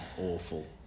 awful